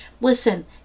Listen